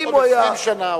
עוד 20 שנה,